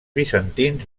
bizantins